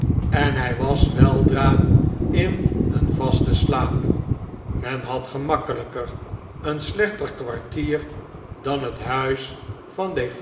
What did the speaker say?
en hjj was weldra in een vasten slaap men had gemakkelijker een slechter kwartier dan het huis van